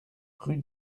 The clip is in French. rue